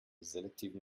selektiven